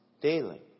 Daily